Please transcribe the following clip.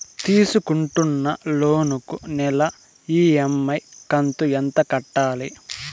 తీసుకుంటున్న లోను కు నెల ఇ.ఎం.ఐ కంతు ఎంత కట్టాలి?